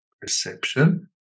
perception